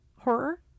horror